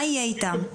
מה יהיה איתם?